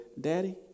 daddy